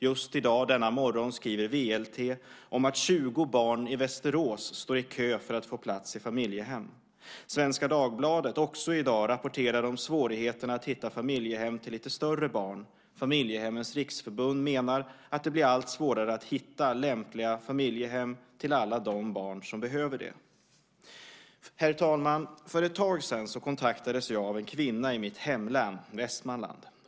Just i dag, denna morgon, skriver VLT om att 20 barn i Västerås står i kö för att få plats i familjehem. Svenska Dagbladet rapporterar, också i dag, om svårigheterna att hitta familjehem till lite större barn. Familjehemmens riksförbund menar att det blir allt svårare att hitta lämpliga familjehem till alla de barn som behöver det. Herr talman! För ett tag sedan kontaktades jag av en kvinna i mitt hemlän, Västmanland.